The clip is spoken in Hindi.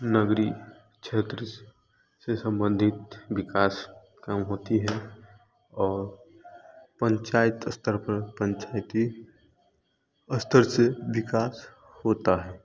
नगरी क्षेत्र से संबंधित विकास काम होती है और पंचायत स्तर पर पंचायति स्तर से विकास होता है